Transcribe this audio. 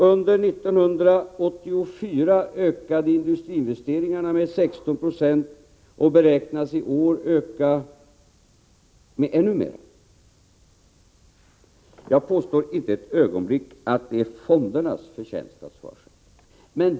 Under 1984 ökade industriinvesteringarna med 16 96, och de beräknas i år öka med ännu mer. Jag påstår inte ett ögonblick att det är fondernas förtjänst att så har skett.